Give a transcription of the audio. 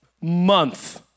month